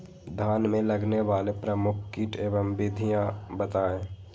धान में लगने वाले प्रमुख कीट एवं विधियां बताएं?